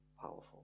powerful